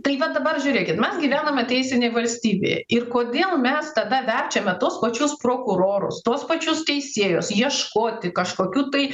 tai va dabar žiūrėkit mes gyvename teisinėj valstybėj ir kodėl mes tada verčiame tuos pačius prokurorus tuos pačius teisėjus ieškoti kažkokių tai